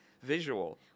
Visual